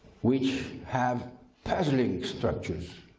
which have puzzly structures